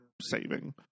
saving